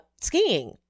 skiing